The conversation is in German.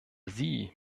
sie